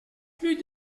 plus